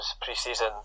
pre-season